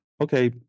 Okay